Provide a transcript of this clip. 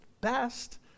best